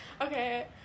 Okay